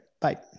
Bye